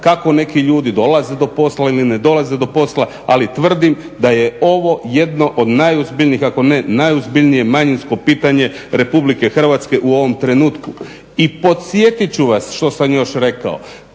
kako neki ljudi dolaze do posla ili ne dolaze do posla ali tvrdim da je ovo jedno od najozbiljnijih ako ne najozbiljnije manjinsko pitanje RH u ovom trenutku. I podsjetit ću vas što sam još rekao,